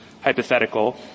hypothetical